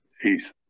Peace